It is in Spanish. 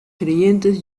creyentes